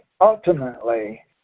ultimately